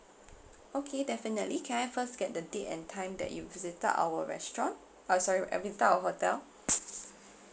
okay definitely can I first get the date and time that you visited our restaurant uh sorry uh visited our hotel